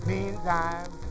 Meantime